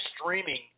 streaming